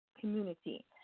community